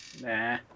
Nah